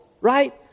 right